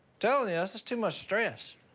telling ya, that's just too much stress.